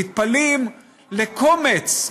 נטפלים לקומץ?